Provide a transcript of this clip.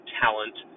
talent